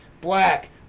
black